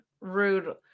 rude